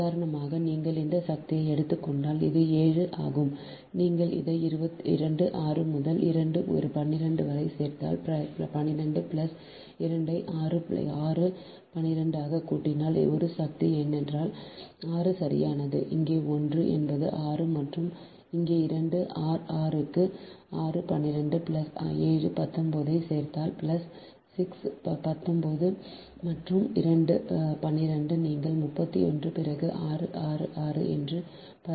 உதாரணமாக நீங்கள் இந்த சக்தியை எடுத்துக் கொண்டால் இது 7 ஆகும் நீங்கள் இதை 2 6 முதல் 2 12 வரை சேர்த்தால் 12 பிளஸ் 2 ஐ 6 12 ஆக கூட்டினால் ஒரு சக்தி என்றால் 6 சரியானது இங்கு 1 என்பது 6 மற்றும் இங்கே 2 ஆர் 6 க்கு 6 12 பிளஸ் 7 19 ஐச் சேர்த்தால் பிளஸ் 6 19 மற்றும் 2 12 நீங்கள் 31 பிறகு 6 6 6 என்று 18